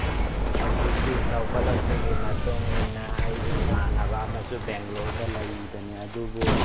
ꯍꯧꯖꯤꯛꯇꯤ ꯆꯥꯎꯈꯠꯂꯛꯄꯒꯤ ꯃꯇꯨꯡ ꯏꯟꯅ ꯑꯩꯒꯤ ꯏꯃꯥꯟꯅꯕ ꯑꯃꯁꯨ ꯕꯦꯡꯒ꯭ꯂꯣꯔꯗ ꯂꯩꯕꯅꯤ ꯑꯗꯨꯕꯨ